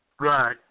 Right